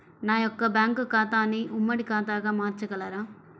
నా యొక్క బ్యాంకు ఖాతాని ఉమ్మడి ఖాతాగా మార్చగలరా?